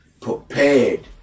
prepared